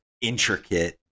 intricate